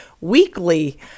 weekly